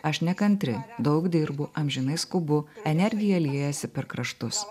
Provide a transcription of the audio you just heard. aš nekantri daug dirbu amžinai skubu energija liejasi per kraštus